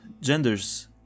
genders